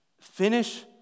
finish